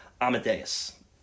Amadeus